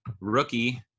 rookie